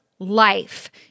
Life